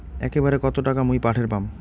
একবারে কত টাকা মুই পাঠের পাম?